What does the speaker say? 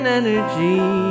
energy